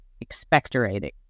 expectorating